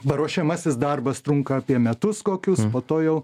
paruošiamasis darbas trunka apie metus kokius po to jau